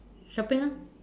shopping orh